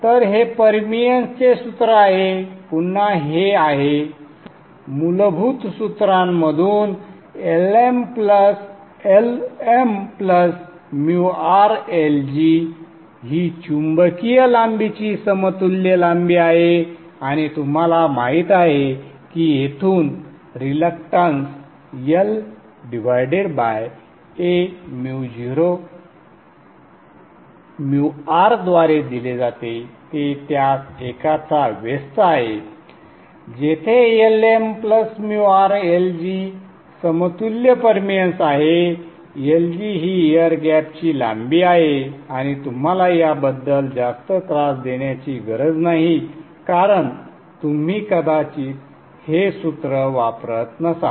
तर हे परमिअन्स चे सूत्र आहे पुन्हा हे आहे संदर्भ वेळ 1104 मूलभूत सूत्रांमधूनLmrLg ही चुंबकीय लांबीची समतुल्य लांबी आहे आणि तुम्हाला माहिती आहे की येथून रिलक्टंस LA0r द्वारे दिले जाते ते त्या एकाचा व्यस्त आहे जेथे LmrLg समतुल्य परमिअन्स आहे Lg ही एअर गॅपची लांबी आहे आणि तुम्हाला याबद्दल जास्त त्रास देण्याची गरज नाही कारण तुम्ही कदाचित हे सूत्र वापरत नसाल